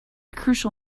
crucial